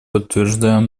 подтверждаем